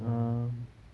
ah